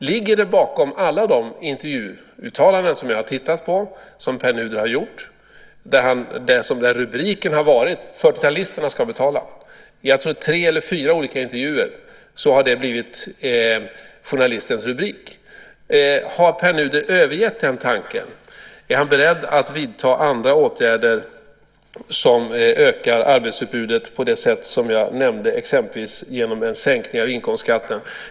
Ligger det någonting bakom alla de intervjuuttalanden som jag har tittat på och som Pär Nuder har gjort där rubriken har varit att 40-talisterna ska betala? Jag tror att det är tre eller fyra intervjuer där det har blivit journalistens rubrik. Har Pär Nuder övergett den tanken? Är han beredd att vidta andra åtgärder som ökar arbetsutbudet på det sätt som jag nämnde, exempelvis genom en sänkning av inkomstskatten?